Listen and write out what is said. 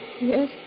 Yes